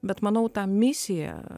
bet manau ta misija